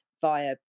via